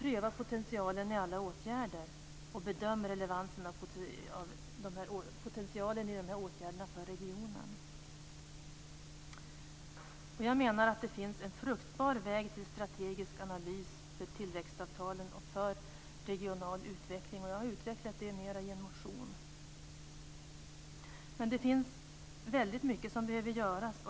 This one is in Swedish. Pröva potentialen i alla åtgärder, och bedöm relevansen av potentialen i åtgärderna för regionen. Jag menar att det finns en fruktbar väg till strategisk analys för tillväxtavtalen och för regional utveckling. Jag har utvecklat detta mer i en motion. Det finns mycket som behöver göras.